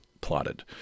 plotted